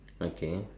okay